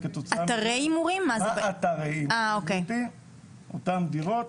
אותן דירות